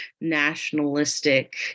nationalistic